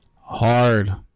hard